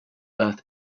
earth